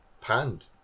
panned